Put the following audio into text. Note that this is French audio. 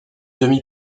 demi